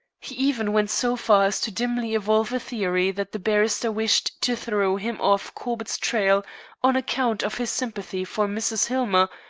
he even went so far as to dimly evolve a theory that the barrister wished to throw him off corbett's trail on account of his sympathy for mrs. hillmer,